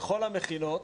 בכל המכינות,